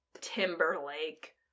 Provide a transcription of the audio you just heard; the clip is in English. timberlake